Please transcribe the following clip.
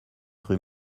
rue